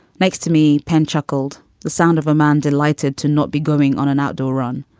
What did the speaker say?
next to me, penn chuckled. the sound of a man delighted to not be going on an outdoor run.